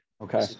Okay